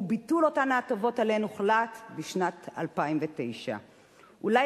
והוא ביטול אותן ההטבות שעליהן הוחלט בשנת 2009. אולי